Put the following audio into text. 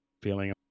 feeling